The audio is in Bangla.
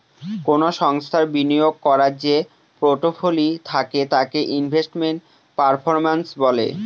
কোনো সংস্থার বিনিয়োগ করার যে পোর্টফোলি থাকে তাকে ইনভেস্টমেন্ট পারফরম্যান্স বলে